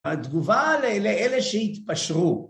התגובה לאלה שהתפשרו